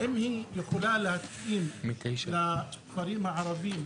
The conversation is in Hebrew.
האם היא יכולה להתאים לכפרים הערביים,